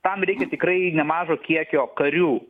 tam reikia tikrai nemažo kiekio karių